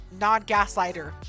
non-gaslighter